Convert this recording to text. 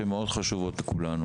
שהן מאוד חשובות לנו.